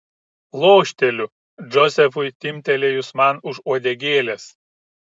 lošteliu džozefui timptelėjus man už uodegėlės